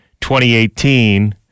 2018